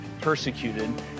persecuted